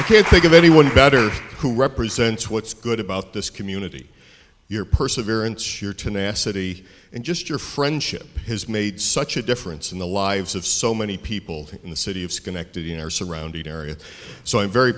i can't think of anyone better who represents what's good about this community your perseverance your tenacity and just your friendship has made such a difference in the lives of so many people in the city of schenectady in our surrounding area so i'm very